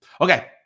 Okay